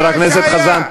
חבר הכנסת חזן,